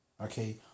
Okay